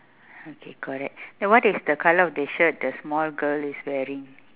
okay correct what is the colour of the shirt the small girl is wearing